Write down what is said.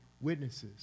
witnesses